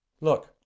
Look